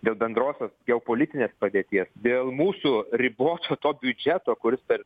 dėl bendrosios geopolitinės padėties dėl mūsų riboto to biudžeto kuris per